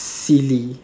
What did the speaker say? silly